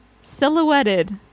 silhouetted